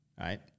right